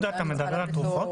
אתה מדבר על תרופות?